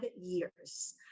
years